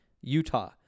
Utah